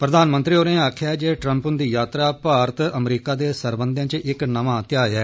प्रधानमंत्री होरें आक्खेआ ऐ जे ट्रंप हुंदी यात्रा भारत अमरीका दे सरबंधें च इक नमां ध्याह् ऐ